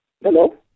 Hello